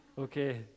okay